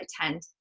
attend